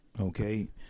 Okay